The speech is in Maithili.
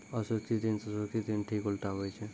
असुरक्षित ऋण से सुरक्षित ऋण ठीक उल्टा हुवै छै